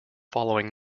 following